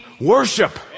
worship